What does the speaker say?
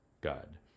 God